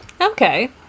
Okay